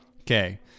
Okay